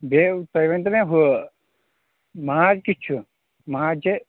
بیٚیہِ تُہۍ ؤنۍتو مےٚ ہُہ ماز کیُتھ چھُ ماز چھےٚ